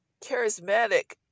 charismatic